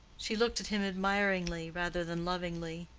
she looked at him admiringly rather than lovingly,